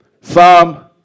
Psalm